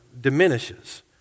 diminishes